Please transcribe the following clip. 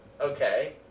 Okay